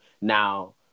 Now